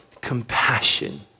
compassion